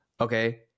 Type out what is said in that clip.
Okay